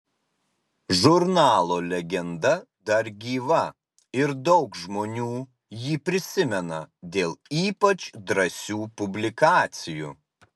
žurnalo legenda dar gyva ir daug žmonių jį prisimena dėl ypač drąsių publikacijų